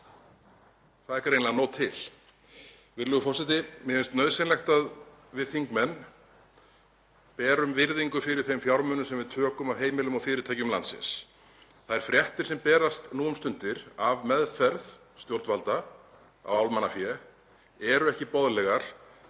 Það er greinilega nóg til. Virðulegur forseti. Mér finnst nauðsynlegt að við þingmenn berum virðingu fyrir þeim fjármunum sem við tökum af heimilum og fyrirtækjum landsins. Þær fréttir sem berast nú um stundir af meðferð stjórnvalda á almannafé eru ekki boðlegar.